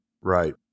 Right